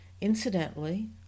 Incidentally